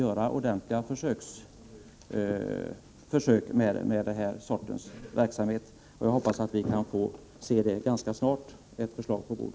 Jag hoppas att vi ganska snart får se ett sådant förslag på riksdagens bord.